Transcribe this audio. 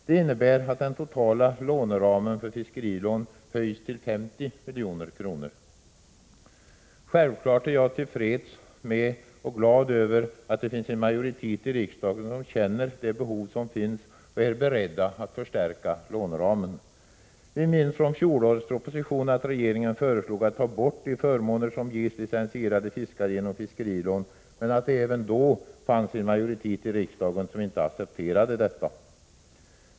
Det innebär att den totala låneramen för fiskerilån höjs till 50 milj.kr. Självklart är jag till freds med och glad över att det finns en majoritet i riksdagen som känner till det behov som finns och är beredd att förstärka låneramen. Vi minns från fjolårets proposition att regeringen föreslog att man skulle ta bort de förmåner som ges licensierade fiskare genom fiskerilån, men att det även då fanns en majoritet i riksdagen som inte accepterade detta.